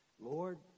Lord